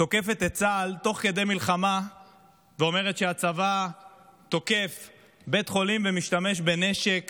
תוקפת את צה"ל תוך כדי מלחמה ואומרת שהצבא תוקף בית חולים ומשתמש בנשק